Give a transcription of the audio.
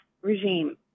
regime